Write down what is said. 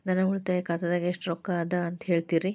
ನನ್ನ ಉಳಿತಾಯ ಖಾತಾದಾಗ ಎಷ್ಟ ರೊಕ್ಕ ಅದ ಅಂತ ಹೇಳ್ತೇರಿ?